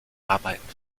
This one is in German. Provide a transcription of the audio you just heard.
arbeiten